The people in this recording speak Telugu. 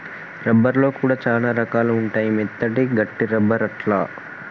రబ్బర్ లో కూడా చానా రకాలు ఉంటాయి మెత్తటి, గట్టి రబ్బర్ అట్లా